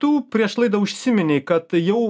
tu prieš laidą užsiminei kad jau